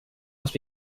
must